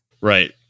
right